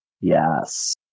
Yes